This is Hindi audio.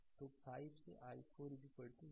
तो 5 से i4 v2